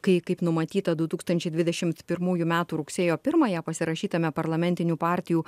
kai kaip numatyta du tūkstančiai dvidešimt pirmųjų metų rugsėjo pirmąją pasirašytame parlamentinių partijų